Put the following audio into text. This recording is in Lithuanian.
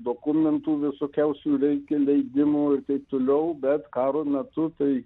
dokumentų visokiausių reikia leidimų ir taip toliau bet karo metu tai